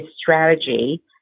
strategy